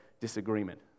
disagreement